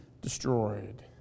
destroyed